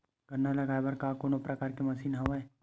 गन्ना लगाये बर का कोनो प्रकार के मशीन हवय?